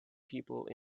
people